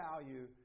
value